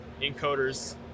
encoders